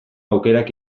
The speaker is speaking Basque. aukerak